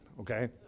okay